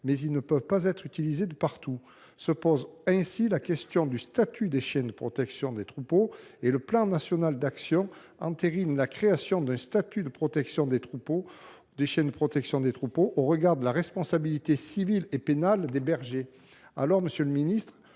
mais ils ne peuvent pas être utilisés partout. La question se pose ainsi du statut des chiens de protection des troupeaux. Le plan national d’actions entérine la création d’un statut de protection des chiens de protection des troupeaux au regard de la responsabilité civile et pénale des bergers. Monsieur le ministre,